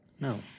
No